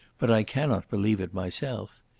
but i cannot believe it myself.